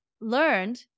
learned